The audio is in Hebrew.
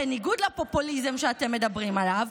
בניגוד לפופוליזם שאתם מדברים עליו,